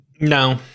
No